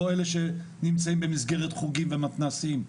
לא אלה שנמצאים במסגרת חוגים ומתנ"סים,